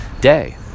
day